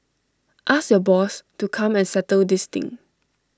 ask your boss to come and settle this thing